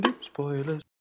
Spoilers